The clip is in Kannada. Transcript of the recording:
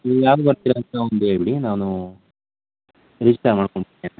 ನೀವು ಯಾವಾಗ ಬರ್ತೀರಾ ಅಂತ ಒಂದು ಹೇಳ್ಬಿಡಿ ನಾನು ರಿಜಿಸ್ಟರ್ ಮಾಡ್ಕೊತೇನೆ